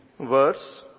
verse